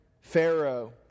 Pharaoh